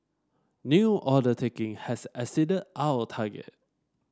new order taking has exceeded our target